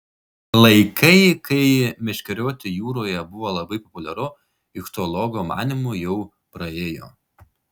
laikai kai meškerioti jūroje buvo labai populiaru ichtiologo manymu jau praėjo